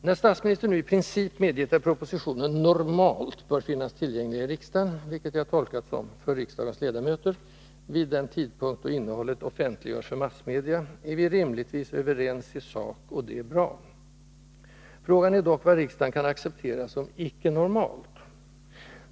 När statsministern nu i princip medgett att propositioner ”normalt” bör finnas tillgängliga ”i riksdagen” — vilket jag tolkat som ”för riksdagens ledamöter” — vid den tidpunkt då innehållet offentliggörs för massmedia, är vi rimligtvis överens i sak, och det är bra. Frågan är dock vad riksdagen kan acceptera som ”icke normalt”.